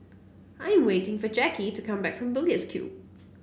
I am waiting for Jackie to come back from Bugis Cube